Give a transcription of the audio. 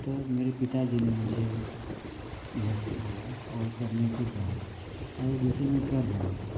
तब मेरे पिताजी ने मुझे यह सिखाया और करने को कहा और जिसे मैं कर रहा हूँ